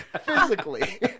Physically